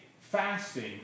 fasting